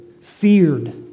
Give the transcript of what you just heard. feared